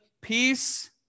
peace